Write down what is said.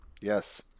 Yes